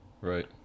right